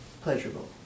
pleasurable